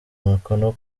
umukono